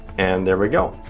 and there we go,